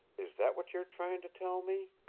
is that what you're trying to tell me?